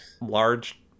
large